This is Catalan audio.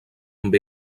amb